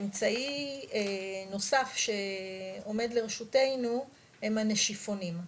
אמצעי נוסף שעומד לרשותנו, הם הנשיפונים.